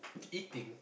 eating